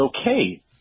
okay